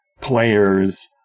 player's